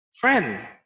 friend